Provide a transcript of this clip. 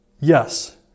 Yes